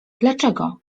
dlaczego